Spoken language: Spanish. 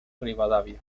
rivadavia